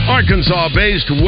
Arkansas-based